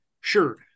Sure